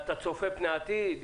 אתה צופה פני עתיד?